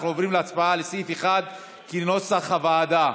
אנחנו עוברים להצבעה על סעיף 1 כנוסח הוועדה.